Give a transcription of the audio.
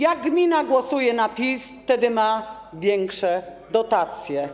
Jak gmina głosuje na PiS, wtedy ma większe dotacje.